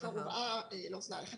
כבר הובאה לאוזנייך,